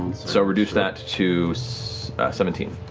so reduce that to seventeen.